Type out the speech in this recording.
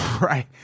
Right